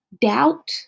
doubt